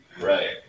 Right